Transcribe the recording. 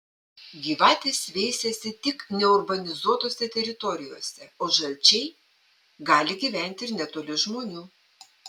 gyvatės veisiasi tik neurbanizuotose teritorijose o žalčiai gali gyventi ir netoli žmonių